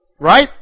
Right